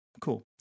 cool